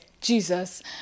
Jesus